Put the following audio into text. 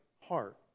heart